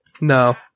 No